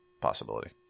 possibility